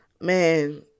Man